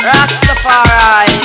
Rastafari